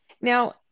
Now